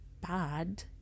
bad